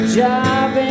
job